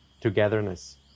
togetherness